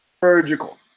surgical